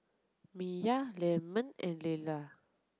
Miya Leamon and Leala